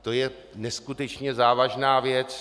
To je neskutečně závažná věc.